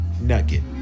Nugget